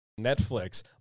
netflix